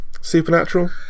Supernatural